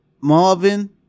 Marvin